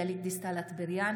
גלית דיסטל אטבריאן,